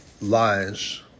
lies